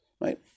right